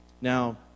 Now